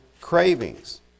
cravings